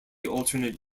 alternative